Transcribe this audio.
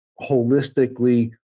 holistically